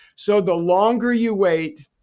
so the longer you wait,